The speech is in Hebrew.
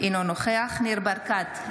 אינו נוכח ניר ברקת,